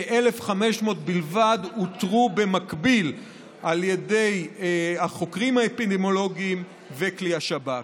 כ-1,500 בלבד אותרו במקביל על ידי החוקרים האפידמיולוגיים וכלי השב"כ.